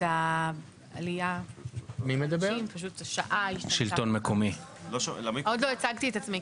עוד לא הצגתי את עצמי,